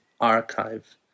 archive